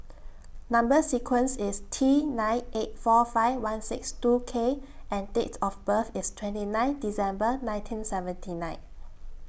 Number sequence IS T nine eight four five one six two K and Date of birth IS twenty nine December nineteen seventy nine